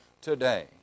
today